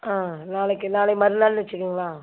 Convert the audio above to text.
ஆ நாளைக்கி நாளை மறுநாள்னு வச்சுக்கங்களேன்